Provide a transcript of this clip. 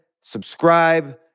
subscribe